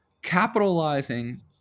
Capitalizing